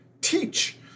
teach